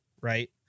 right